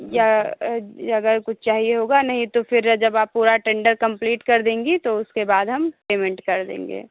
या अगर कुछ चाहिए होगा नहीं तो फिर जब आप पूरा टेंडर कंप्लीट कर देंगी तो उसके बाद हम पेमेंट कर देंगे